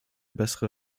bessere